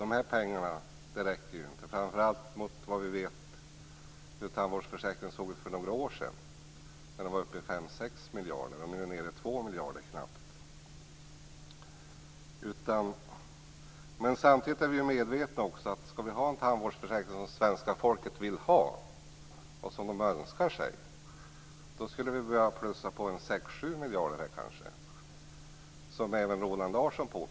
De här pengarna räcker inte, framför allt mot bakgrund av hur tandvårdsförsäkringen såg ut för några år sedan. Då var kostnaderna uppe i 5-6 miljarder, och nu är de nere i knappt 2 Samtidigt är vi medvetna om att om vi skall ha en tandvårdsförsäkring som svenska folket vill ha och önskar sig, skulle vi behöva plussa på 6-7 miljarder. Det påpekade även Roland Larsson.